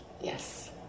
Yes